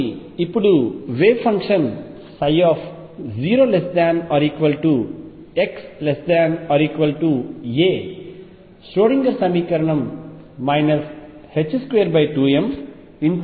కాబట్టి ఇప్పుడు wave function 0≤x≤a Schrodinger సమీకరణం 22md2dxVEψ